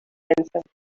extensive